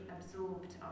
absorbed